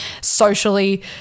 socially